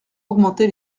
augmenter